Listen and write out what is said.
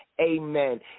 amen